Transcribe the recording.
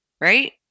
right